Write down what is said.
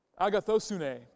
agathosune